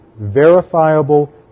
verifiable